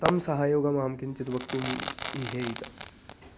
तं सहयोगमहं किञ्चित् वक्तुम् इहे इतः